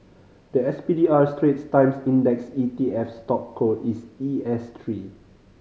the S P D R Straits Times Index E T F stock code is E S three